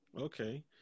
Okay